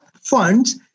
funds